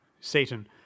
Satan